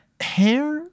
hair